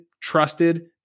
trusted